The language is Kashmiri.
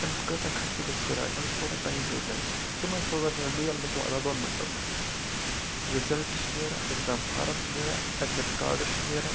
أمِس کۭژاہ خرچہِ گژھہِ کِراے أمِس کوٗتاہ ٹایِم گَژھہِ زایہِ یہِ چھُ تُلان سوٗزان چھِ مےٚ میل مےٚ چھُ واتان دۄن مِنٹَن منٛز رِزَلٹہٕ چھِ نیران ایٚگزام فارَم چھ نیران ایٚڈمِٹ کارڈٕس چھِ نیران